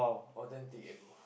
authentic eh bro